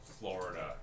florida